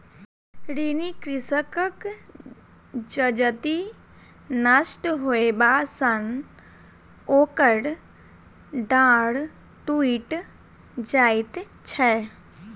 ऋणी कृषकक जजति नष्ट होयबा सॅ ओकर डाँड़ टुइट जाइत छै